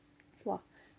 !wah!